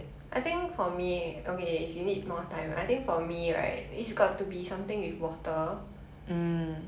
I think for me okay if you need more time I think for me right it's got to be something with water